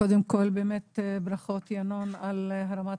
קודם כל באמת ברכות, ינון, על הרמת